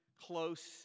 close